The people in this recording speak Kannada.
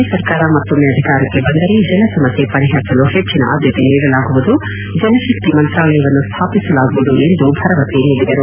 ಎ ಸರ್ಕಾರ ಮತ್ತೊಮ್ನೆ ಅಧಿಕಾರಕ್ಕೆ ಬಂದರೆ ಜಲಸಮಸ್ನೆ ಪರಿಹರಿಸಲು ಹೆಚ್ಲಿನ ಆದ್ಲತೆ ನೀಡಲಾಗುವುದು ಜಲಶಕ್ತಿ ಮಂತ್ರಾಲಯವನ್ನು ಸ್ಥಾಪಿಸಲಾಗುವುದು ಎಂದು ಭರವಸೆ ನೀಡಿದರು